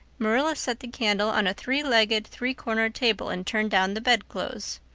marilla set the candle on a three-legged, three-cornered table and turned down the bedclothes.